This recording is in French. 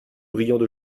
brillants